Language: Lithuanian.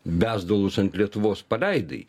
bezdalus ant lietuvos paleidai